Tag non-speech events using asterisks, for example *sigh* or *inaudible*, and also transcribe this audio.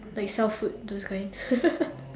like sell food those kind *laughs*